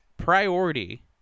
priority